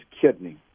kidney